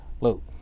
look